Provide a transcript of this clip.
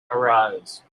arise